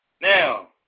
Now